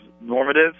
normative